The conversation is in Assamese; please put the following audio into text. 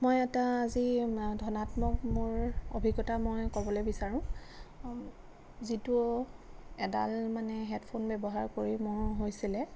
মই এটা আজি ধনাত্মক মোৰ অভিজ্ঞতা মই ক'বলৈ বিচাৰোঁ যিটো এডাল মানে হেডফোন ব্য়ৱহাৰ কৰি মোৰ হৈছিলে